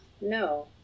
no